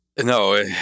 No